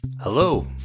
Hello